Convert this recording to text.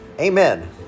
Amen